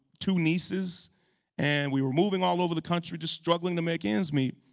two nieces and we were moving all over the country just struggling to make ends meet.